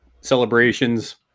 celebrations